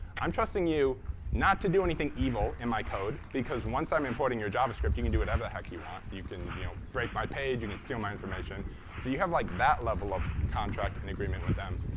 i'm trusting you not to do anything evil in my code, because once i'm importing your javascript you can do whatever the heck you want. you can you know break my page. you can steal my information. so you have like that level of contract and agreement with them.